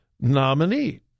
nominee